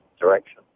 direction